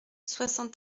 soixante